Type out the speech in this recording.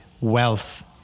Wealth